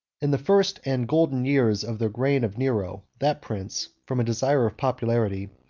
in the first and golden years of the reign of nero, that prince, from a desire of popularity,